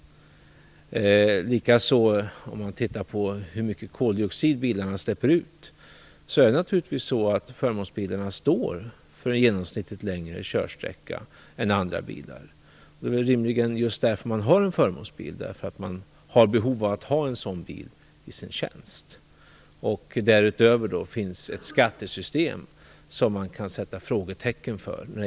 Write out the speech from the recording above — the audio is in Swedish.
Tittar man på hur mycket koldioxid bilarna släpper ut ser man att förmånsbilarna naturligtvis står för en genomsnittligt längre körsträcka än andra bilar. Det är rimligen just därför man har en förmånsbil - man har behov av att ha bil i sin tjänst. Därutöver finns det ett skattesystem vars effektivitet man kan sätta frågetecken för.